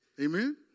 amen